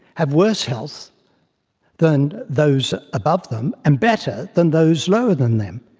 have worse health than those above them and better than those lower than them.